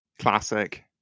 Classic